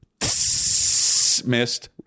Missed